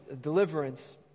deliverance